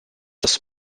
this